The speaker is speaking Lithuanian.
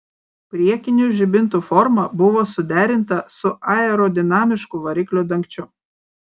priekinių žibintų forma buvo suderinta su aerodinamišku variklio dangčiu